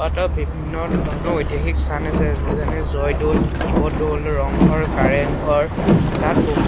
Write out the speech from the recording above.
বিভিন্ন ধৰণৰ ঐতিহাসিক স্থান আছে যেনে জয়দৌল শিৱদৌল ৰংঘৰ কাৰেংঘৰ তাত বহুত